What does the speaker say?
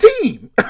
team